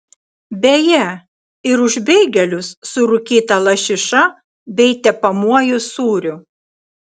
beje ir už beigelius su rūkyta lašiša bei tepamuoju sūriu